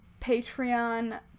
Patreon